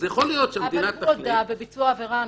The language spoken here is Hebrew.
אז יכול להיות שהמדינה תחליט -- אבל הוא הודה בביצוע עבירה.